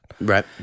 Right